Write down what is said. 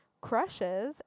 Crushes